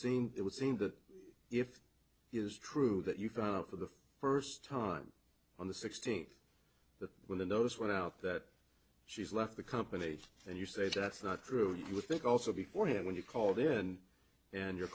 seem it would seem that if it is true that you found out for the first time on the sixteenth that within those without that she's left the company and you say that's not true you would think also before him when you called in and your